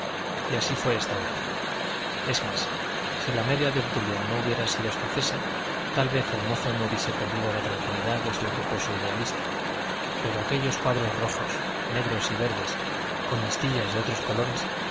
y así fue esta vez es más si la media de obdulia no hubiera sido escocesa tal vez el mozo no hubiese perdido la tranquilidad de su reposo idealista pero aquellos cuadros rojos negros y verdes con listillas de otros colores